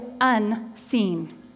unseen